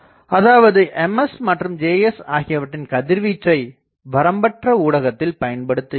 அதாவது Ms மற்றும் Js ஆகிவற்றில் கதிர்வீச்சை வரம்பற்ற ஊடகத்தில் பயன்படுத்த இயலாது